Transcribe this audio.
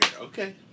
okay